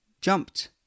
jumped